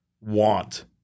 want